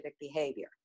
behavior